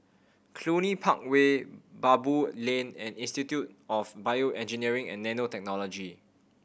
Cluny Park Way Baboo Lane and Institute of BioEngineering and Nanotechnology